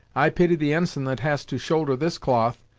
i pity the ensign that has to shoulder this cloth,